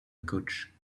couch